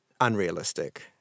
unrealistic